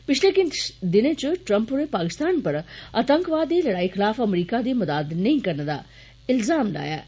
पिछले किश दिनें च ट्रम्प होरें पाकिस्तान उप्पर आतंकवाद दी लड़ाई खिलाफ अमरीका दी मदद नेईं करने दा इल्जाम लाया ऐ